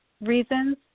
reasons